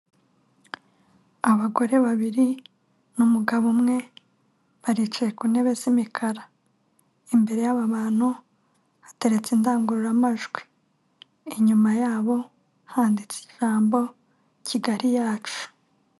Abagore babiri n'umugabo umwe baricaye ku ntebe z'imikara, imbere y'aba bantu hateretse indangururamajwi, inyuma yabo handitse ijambo Kigali yacu.